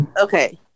okay